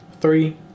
three